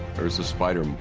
there was a spider.